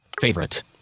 Favorite